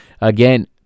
Again